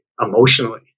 emotionally